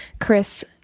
Chris